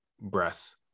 breath